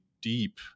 deep